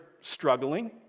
struggling